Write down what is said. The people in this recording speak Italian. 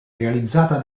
realizzata